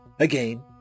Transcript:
Again